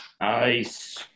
Nice